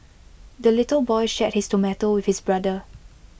the little boy shared his tomato with his brother